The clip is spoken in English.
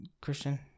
Christian